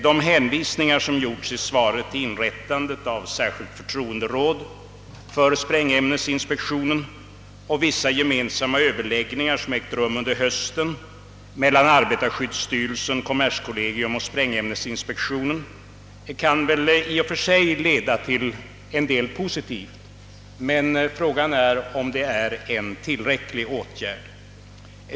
De hänvisningar som gjorts i svaret till inrättande av »särskilt förtroenderåd för sprängämnesinspektionen» och vissa gemensamma Ööverläggningar som ägt rum under hösten mellan arbetarskyddsstyrelsen, kommerskollegium och sprängämnesinspektionen kan väl i och för sig leda till en del positivt, men frågan är om åtgärderna är tillräckliga.